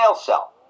cell